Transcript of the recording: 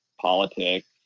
politics